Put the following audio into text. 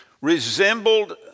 resembled